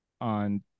on